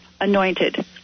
anointed